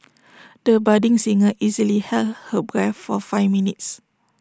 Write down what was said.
the budding singer easily held her breath for five minutes